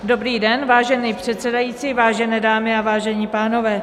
Dobrý den, vážený předsedající, vážené dámy a vážení pánové.